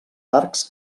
arcs